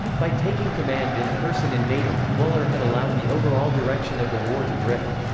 by taking command in person in natal, buller had allowed the overall direction of the war to drift.